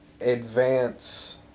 advance